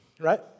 right